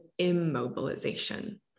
immobilization